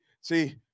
see